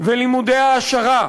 ולימודי העשרה.